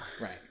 Right